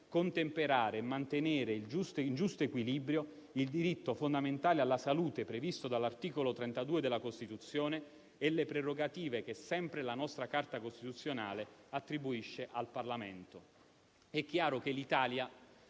contemperare e mantenere in giusto equilibrio il diritto fondamentale alla salute, previsto dall'articolo 32 della Costituzione, e le prerogative che sempre la nostra Carta costituzionale attribuisce al Parlamento. È chiaro che l'Italia